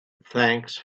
thanks